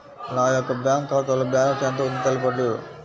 నా యొక్క బ్యాంక్ ఖాతాలో బ్యాలెన్స్ ఎంత ఉందో తెలపండి?